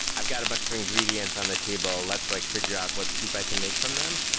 i've got a bunch of ingredients on the table, let's like figure out what soup i can make from them.